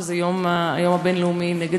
שהוא היום הבין-לאומי למאבק